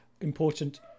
important